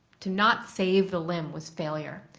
to not save the limb was failure.